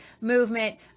movement